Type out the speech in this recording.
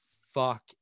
fuck